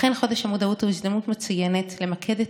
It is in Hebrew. לכן חודש המודעות הוא הזדמנות מצוינת למקד את